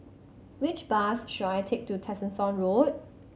which bus should I take to Tessensohn Road